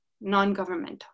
non-governmental